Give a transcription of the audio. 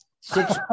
Six